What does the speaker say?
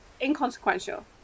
inconsequential